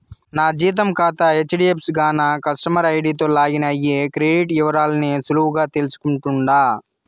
నా జీతం కాతా హెజ్డీఎఫ్సీ గాన కస్టమర్ ఐడీతో లాగిన్ అయ్యి క్రెడిట్ ఇవరాల్ని సులువుగా తెల్సుకుంటుండా